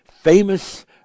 famous